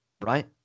right